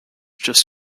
just